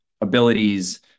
abilities